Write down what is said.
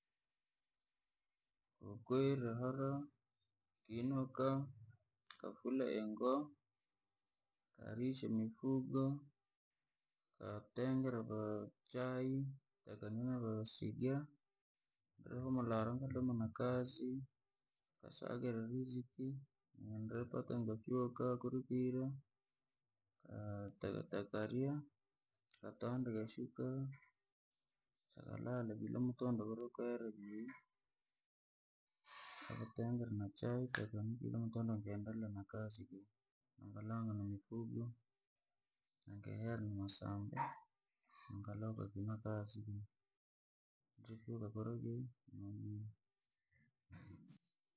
Ko kwerre hala, nikiinuka, nikafulaengo, nikarisha mifugo, nikatengera bachai, nirihumura hara nikadoma nakaizii, nikasaaki raziki, chene nripata nikashukuru mulungu, takaria, tikataandika shuka, tikalala kii lamutondo kurri kwere kii, nikatengera nachai tikinywa kira muntu kaendelea nakazii, ukalanga mafigo, nikahera masambi, nikaloka kii nakazii.